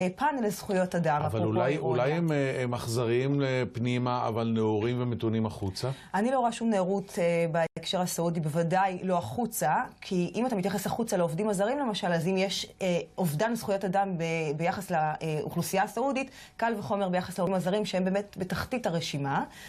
פאנל לזכויות אדם, אפרופו... אבל אולי הם אכזריים פנימה, אבל נאורים ומתונים החוצה? אני לא רואה שום נאורות בהקשר הסעודי בוודאי לא החוצה, כי אם אתה מתייחס החוצה לעובדים הזרים למשל, אז אם יש אובדן זכויות אדם ביחס לאוכלוסייה הסעודית, קל וחומר ביחס לעובדים מ הזרים, שהם באמת בתחתית הרשימה.